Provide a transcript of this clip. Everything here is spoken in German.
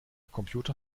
computer